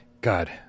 God